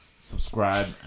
subscribe